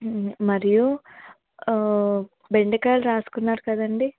మరియు బెండకాయలు రాసుకున్నారు కదండి